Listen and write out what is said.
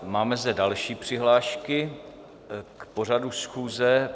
Máme zde další přihlášky k pořadu schůze.